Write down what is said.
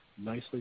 nicely